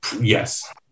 yes